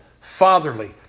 fatherly